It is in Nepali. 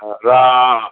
र